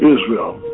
Israel